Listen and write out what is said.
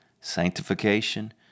sanctification